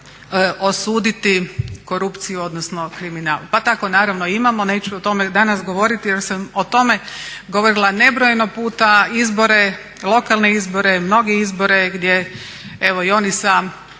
osuditi korupciju odnosno kriminal. Pa tako naravno imamo, neću o tome danas govoriti jer sam o tome govorila nebrojeno puta izbore, lokalne izbore gdje evo i oni sa